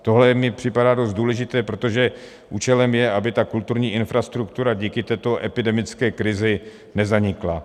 Tohle mi připadá dost důležité, protože účelem je, aby ta kulturní infrastruktura díky této epidemické krizi nezanikla.